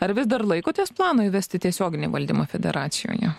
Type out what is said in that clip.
ar vis dar laikotės plano įvesti tiesioginį valdymą federacijoje